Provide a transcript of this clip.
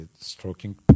stroking